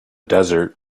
desert